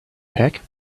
pack